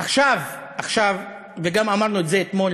עכשיו, עכשיו, וגם אמרנו את זה אתמול